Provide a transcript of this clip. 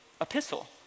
epistle